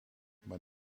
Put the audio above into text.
maar